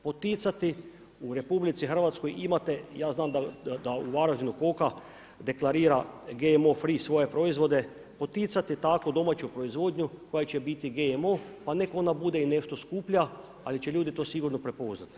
Poticati u RH, imate ja znam, da u Varaždinu Koka, deklarira GMO free svoje proizvode, poticati tako domaću proizvodnju koja će biti GMO pa nek ona bude i nešto skuplja, ali će to ljudi sigurno prepoznati.